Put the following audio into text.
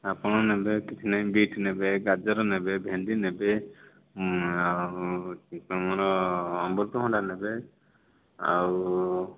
ଆପଣ ନେଲେ କିଛି ନାହିଁ ବିଟ୍ ନେବେ ଗାଜର ନେବେ ଭେଣ୍ଡି ନେବେ ଆଉ ହେଉଛି ତୁମର ଅମୃତଭଣ୍ଡା ନେବେ ଆଉ